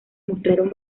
mostraron